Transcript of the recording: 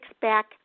back